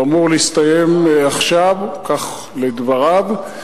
הוא אמור להסתיים עכשיו, כך לדבריו,